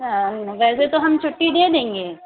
ویسے تو ہم چھٹّی دے دیں گے